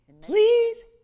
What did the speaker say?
Please